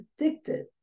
addicted